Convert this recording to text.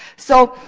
so,